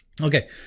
Okay